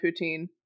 poutine